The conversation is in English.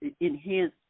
enhance